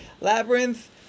Labyrinth